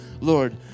Lord